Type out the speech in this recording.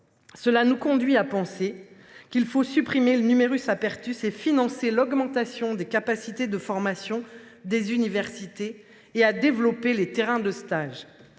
qui nous conduit à penser qu’il faut supprimer le, financer l’augmentation des capacités de formation des universités et développer les terrains de stage.